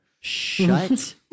Shut